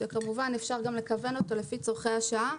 שכמובן אפשר גם לכוון אותו לפי צרכי השעה.